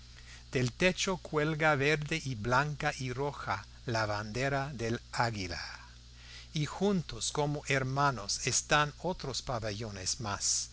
del techo cuelga verde y blanca y roja la bandera del águila y juntos como hermanos están otros pabellones más